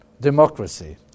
democracy